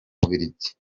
bubiligi